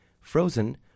frozen